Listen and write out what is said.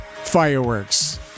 Fireworks